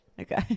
Okay